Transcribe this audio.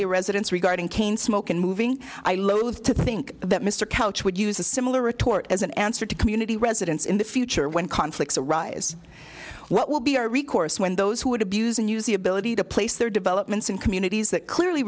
the residents regarding cain smoking moving i loath to think that mr couch would use a similar retort as an answer to community residents in the future when conflicts arise what will be our recourse when those who would abuse and useability to place their developments in communities that clearly